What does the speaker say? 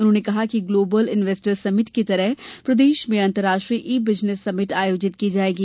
उन्होंने कहा कि ग्लोबल इन्वेस्टर समिट की तरह प्रदेश में अंतर्राष्ट्रीय ई बिजनेस समिट आयोजित की जायेगी